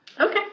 Okay